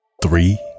Three